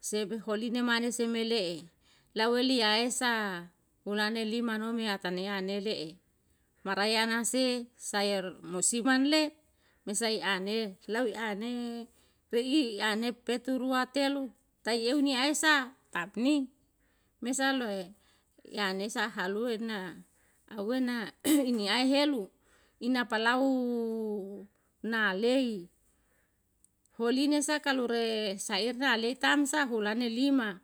sebe holime mane seme lee lawaliya e sa hulane lima nome hataliane lee marayana see sayur musiman lee saiane loi anee rei anee peturuate telu tai enu esa tatmi mesaloe yanesa haluena awena ini yaihelu ina palau na lei holina saka lure sairna aleitangsa hulale lima